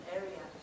area